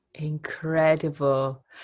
incredible